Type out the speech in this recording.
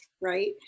right